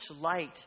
light